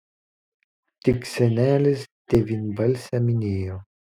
tik senelis devynbalsę minėjo